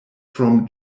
from